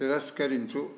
తిరస్కరించు